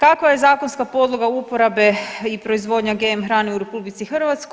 Kakva je zakonska podloga uporabe i proizvodnje GM hrane u RH?